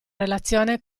relazione